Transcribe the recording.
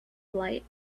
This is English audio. light